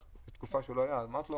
אבל בתוך השיחה שהייתה לנו הזכרתי לו